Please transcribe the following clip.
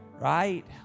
Right